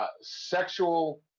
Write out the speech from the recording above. Sexual